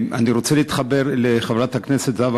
אני רוצה להתחבר לדברי חברת הכנסת זהבה